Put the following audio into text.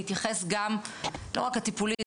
להתייחס גם - לא רק הטיפולית,